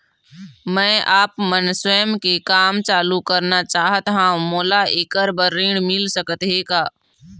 मैं आपमन स्वयं के काम चालू करना चाहत हाव, मोला ऐकर बर ऋण मिल सकत हे का?